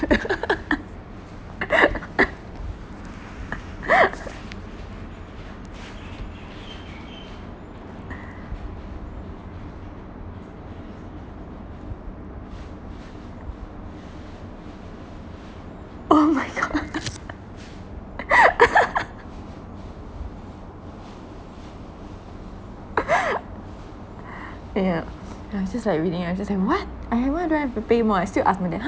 oh my god uh yeah then I was just like reading I was just like what I didn't know I've to pay more I still ask my dad !huh!